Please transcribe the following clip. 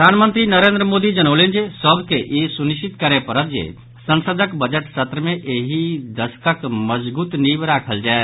प्रधानमंत्री नरेन्द्र मोदी जनौलनि जे सभ के ई सुनिश्चित करय पड़त जे संसदक बजट सत्र मे एहि दशकक मजगूत नींव राखल जाय